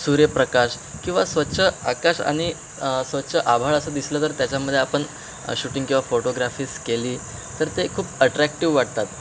सूर्यप्रकाश किंवा स्वच्छ आकाश आणि स्वच्छ आभाळ असं दिसलं तर त्याच्यामध्ये आपण शूटिंग किंवा फोटोग्राफीस केली तर ते खूप अट्रॅक्टिव्ह वाटतात